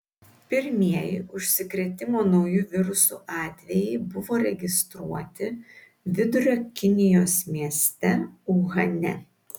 pirmieji užsikrėtimo nauju virusu atvejai buvo registruoti vidurio kinijos mieste uhane